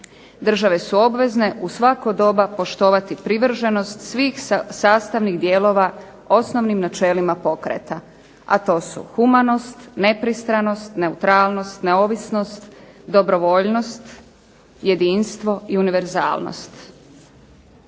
Države su obvezne u svako doba poštovati privrženost svih sastavnih dijelova osnovnim načelima pokreta, a to su humanost, nepristranost, neutralnost, neovisnost, jedinstvo, dobrovoljnost i univerzalnost.